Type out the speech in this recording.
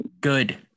good